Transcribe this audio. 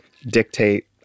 dictate